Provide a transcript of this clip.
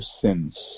sins